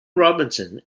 robinson